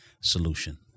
solution